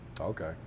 Okay